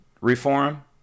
reform